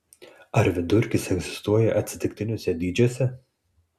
ar vidurkis egzistuoja atsitiktiniuose dydžiuose